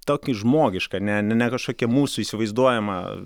tokį žmogišką ne ne kažkokį mūsų įsivaizduojamą